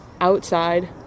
outside